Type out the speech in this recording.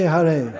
Hare